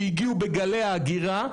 שהגיעו בגלי ההגירה,